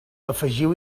afegiu